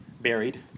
buried